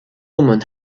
women